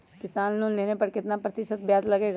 किसान लोन लेने पर कितना प्रतिशत ब्याज लगेगा?